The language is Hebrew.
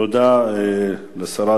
תודה לשרת